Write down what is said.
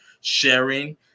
sharing